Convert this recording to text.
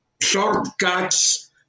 shortcuts